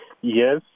yes